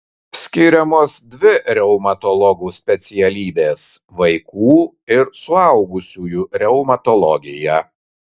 skiriamos dvi reumatologų specialybės vaikų ir suaugusiųjų reumatologija